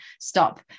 stop